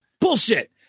Bullshit